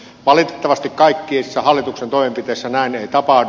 valitettavasti kaikissa hallituksen toimenpiteissä näin ei tapahdu